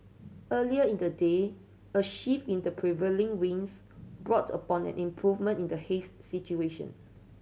earlier in the day a shift in the prevailing winds brought about an improvement in the haze situation